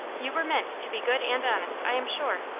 you were meant to be good and honest, i am sure.